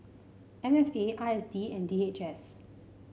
M F A I S D and D H S